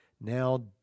now